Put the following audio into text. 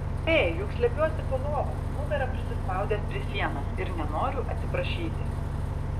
ė juk slepiuosi po lova nugara prisispaudęs prie sienos ir nenoriu atsiprašyti